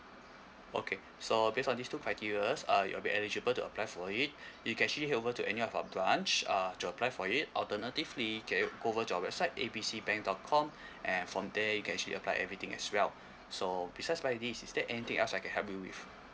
okay so based on these two criteria uh you'll be eligible to apply for it you can actually head over to any of our branch uh to apply for it alternatively get it over to our website A B C bank dot com and from there you can actually apply everything as well so besides by this is there anything else I can help you with